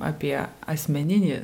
apie asmeninį